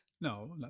no